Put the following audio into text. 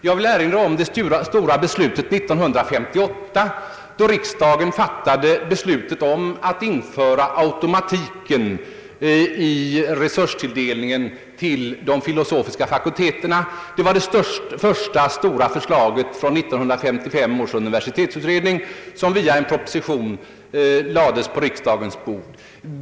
Jag vill erinra om riksdagens beslut 1958, som ledde till införande av automatiken i tilldelningen av resurser till de filosofiska fakulteterna. Det var det första stora förslaget från 1955 års universitetsutredning som via en proposition lades på riksdagens bord.